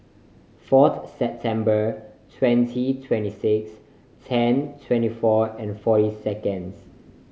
fourth September twenty twenty six ten twenty four and forty seconds